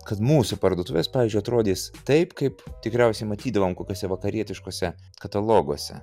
kad mūsų parduotuvės pavyzdžiui atrodys taip kaip tikriausiai matydavom kokiose vakarietiškuose kataloguose